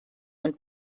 und